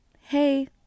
hey